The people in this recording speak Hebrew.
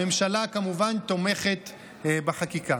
הממשלה כמובן תומכת בחקיקה.